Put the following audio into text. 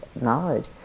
knowledge